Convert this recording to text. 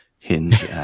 Hinge